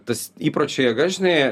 tas įpročio jėga žinai